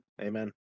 Amen